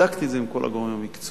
בדקתי את זה עם כל הגורמים המקצועיים